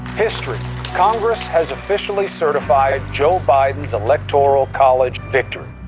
history congress has officially certified joe biden's electoral college victory.